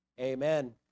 amen